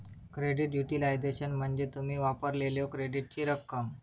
credit utilisation म्हणजे तुम्ही वापरलेल्यो क्रेडिटची रक्कम